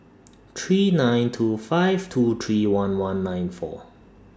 three nine two five two three one one nine four